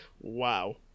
Wow